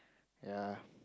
ya